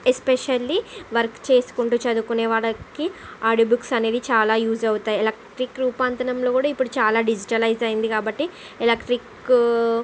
especially work చేసుకుంటూ చదువుకునే వాళ్ళకి ఆడియో బుక్స్ అనేవి చాలా యూజ్ అవుతాయి ఎలక్ట్రిక్ రూపాంతరంలో కూడా ఇప్పుడు చాలా డిజిటలైజ్ అయ్యింది కాబట్టి ఎలెక్ట్రిక్